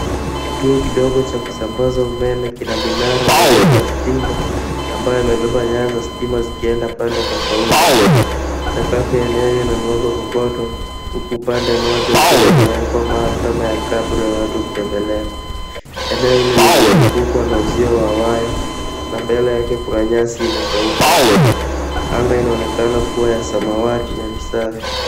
Kituo kidogo cha kusambaza umeme kina minara mirefu ya stima ambayo yamebeba nyaya za stima zikienda pande tofauti. Sakafu ya eneo hii imemwaga kokoto huu upande mmoja kiwa umewekwa mawe kama ya kabro ya watu kutembelea. Eneo hili limezungukwa na uzio wa waya na mbele yake kuna nyasi imekauka. Anga inaonekana kuwa ya samawati na ni safi.